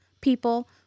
people